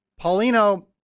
Paulino